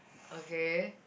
okay